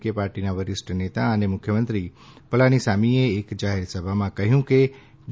કે પાર્ટીના વરિષ્ઠ નેતા અને મુખ્યમંત્રી પલાનીસામીએ એક જાહેરસભામાં કહ્યું કે ડી